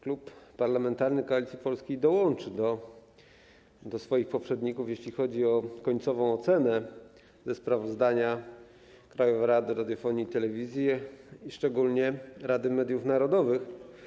Klub Parlamentarny Koalicja Polska dołączy do swoich poprzedników, jeśli chodzi o końcową ocenę sprawozdania Krajowej Rady Radiofonii i Telewizji i szczególnie informacji o Radzie Mediów Narodowych.